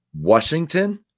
Washington